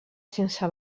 sense